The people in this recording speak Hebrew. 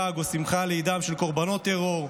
לעג או שמחה לאידם של קורבנות טרור,